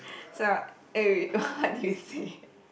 so eh wait wait what did you say